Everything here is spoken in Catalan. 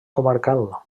comarcal